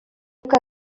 que